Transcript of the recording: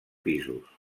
pisos